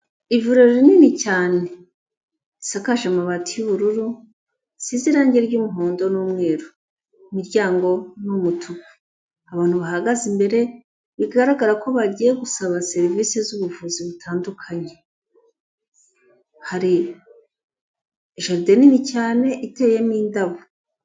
Ivuriro rinini cyane isakaje amabati y'ubururu risize irangi ry'umuhondo n'umweru, imiryango ni umutuku, abantu bahagaze imbere bigaragara ko bagiye gusaba serivisi z'ubuvuzi butandukanye, hari jaride nini cyane iteyemo indabo.